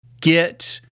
get